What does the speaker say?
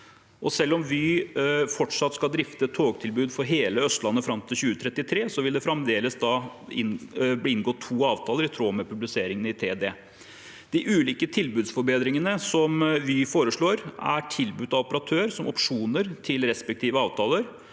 Selv om Vy fortsatt skal drifte togtilbud for hele Østlandet fram til 2033, vil det fremdeles bli inngått to avtaler, i tråd med publisering i TED. De ulike tilbudsforbedringene som Vy foreslår, er tilbudt av operatør som opsjoner til respektive avtaler.